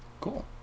Cool